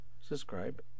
subscribe